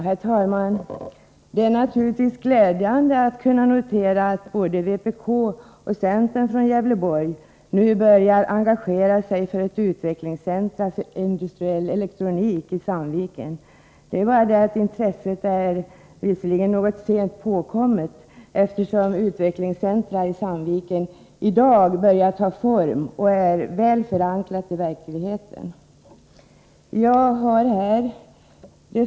Herr talman! Det är naturligtvis glädjande att kunna notera att både vpk och centern när det gäller Gävleborgs län nu börjar engagera sig för ett utvecklingscentrum för industriell elektronik i Sandviken. Men intresset är något sent påkommet, eftersom ett utvecklingscentrum i Sandviken i dag börjar ta form och är väl förankrat i verkligheten.